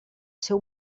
ser